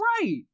right